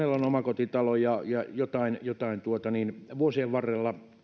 on omakotitalo ja ja jotain jotain vuosien varrella